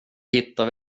hittar